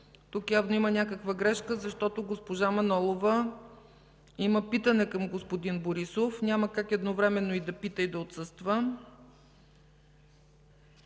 Тук явно има някаква грешка, защото госпожа Манолова има питане към господин Борисов – няма как едновременно и да пита, и да отсъства;